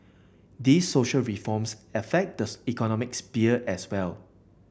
these social reforms affect this economic sphere as well